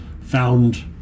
found